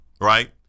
right